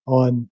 on